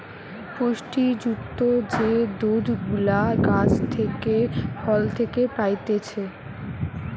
পুষ্টি যুক্ত যে দুধ গুলা গাছ থেকে, ফল থেকে পাইতেছে